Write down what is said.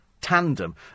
tandem